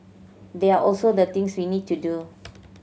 these are also the things we need to do